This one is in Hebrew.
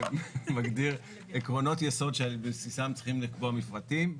מגדיר עקרונות יסוד שעל בסיסם צריכים לקבוע מפרטים.